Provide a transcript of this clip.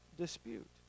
dispute